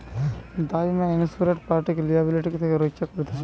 দায় বীমা ইন্সুরেড পার্টিকে লিয়াবিলিটি থেকে রক্ষা করতিছে